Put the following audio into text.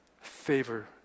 favor